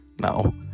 No